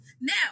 Now